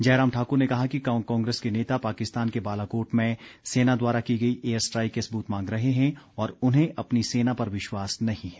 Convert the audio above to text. जयराम ठाकुर ने कहा कि कांग्रेस के नेता पाकिस्तान के बालाकोट में सेना द्वारा की गई एयर स्ट्राईक के सबूत मांग रहे हैं और उन्हें अपनी सेना पर विश्वास नही है